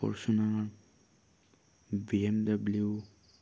Fortuner BMW